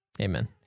Amen